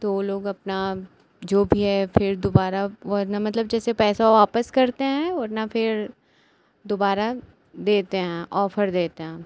तो वे लोग अपना जो भी है फिर दुबारा वरना मतलब जैसे पैसा वापस करते हैं वरना फिर दुबारा देते हैं ऑफ़र देते हैं